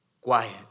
quiet